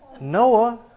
Noah